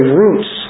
roots